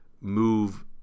move